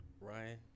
Ryan